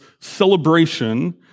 celebration